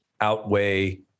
outweigh